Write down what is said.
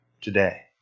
today